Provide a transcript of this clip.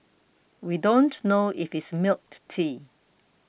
we don't know if it's milk tea